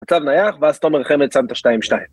מצב נייח, ואז תומר חמד שם את השתיים שתיים.